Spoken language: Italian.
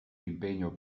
impegno